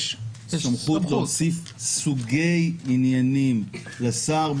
יש סמכות להוסיף סוגי עניינים לשר,